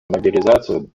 мобилизацию